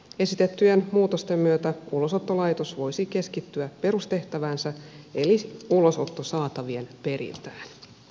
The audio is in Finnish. esitettyjen muutosten myötä ulosottolaitos voisi keskittyä perustehtäväänsä eli ulosottosaatavien viritä